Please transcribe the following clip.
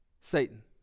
Satan